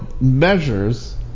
measures